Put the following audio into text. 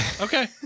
Okay